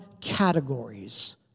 categories